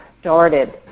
started